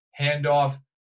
handoff